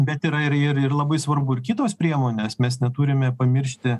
bet yra ir ir ir labai svarbu ir kitos priemonės mes neturime pamiršti